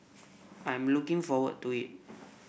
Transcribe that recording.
I'm looking forward to it